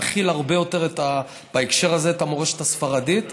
להנחיל הרבה יותר את המורשת הספרדית,